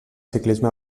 ciclisme